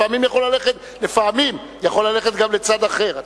לפעמים זה יכול ללכת, לפעמים, גם לצד אחר.